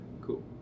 cool